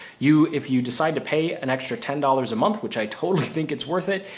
you, if you decide to pay an extra ten dollars a month, which i totally think it's worth it,